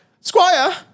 Squire